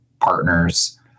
partners